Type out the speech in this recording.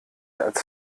als